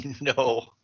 no